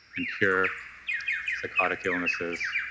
and cure psychotic illnesses